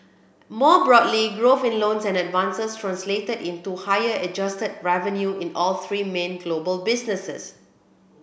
more broadly growth in loans and advances translated into higher adjusted revenue in all three main global businesses